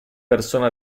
persona